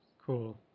Cool